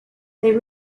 they